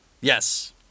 Yes